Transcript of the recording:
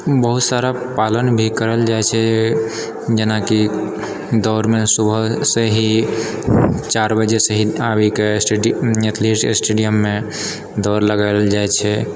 बहुत सारा पालन भी करल जाइ छै जेनाकि दौड़मे सुबहसँ ही चारि बजेसँ ही आबैके स्टेडियममे दौड़ लगाएल जाइ छै